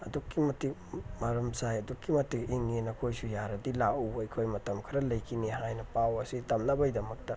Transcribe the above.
ꯑꯗꯨꯛꯀꯤ ꯃꯇꯤꯛ ꯃꯔꯝ ꯆꯥꯏ ꯑꯗꯨꯛꯀꯤ ꯃꯇꯤꯛ ꯏꯪꯉꯤꯅ ꯅꯈꯣꯏꯁꯨ ꯌꯥꯔꯕꯗꯤ ꯂꯥꯛꯎ ꯑꯩꯈꯣꯏ ꯃꯇꯝ ꯈꯔ ꯂꯩꯈꯤꯅꯤ ꯍꯥꯏꯅ ꯄꯥꯎ ꯑꯁꯤ ꯇꯝꯅꯕꯒꯤꯗꯃꯛꯇ